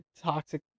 toxic